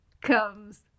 comes